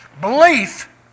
Belief